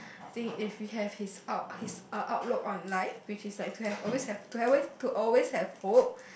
I think if we have his out his out outlook on life which is like to have always have to always to always have hope